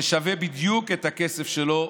זה שווה בדיוק את הכסף שלו,